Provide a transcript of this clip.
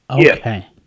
Okay